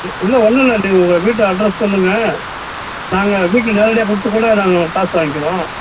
இல் இல்லை ஒன்னுமில்ல நீங்கள் உங்கள் வீட்டு அட்ரஸ் சொல்லுங்கள் நாங்கள் வீட்டில் நேரடியாக கொடுத்துக்கூட நாங்கள் காசு வாங்கிக்கிறோம்